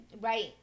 Right